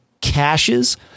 caches